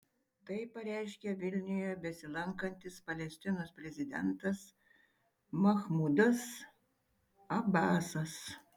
tai pareiškė vilniuje besilankantis palestinos prezidentas mahmudas abasas